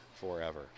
forever